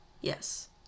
Yes